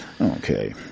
Okay